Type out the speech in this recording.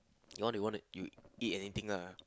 you want to you want to you eat anything lah